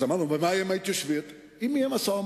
אז אמרנו: ומה יהיה עם ההתיישבות אם יהיה משא-ומתן?